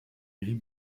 gris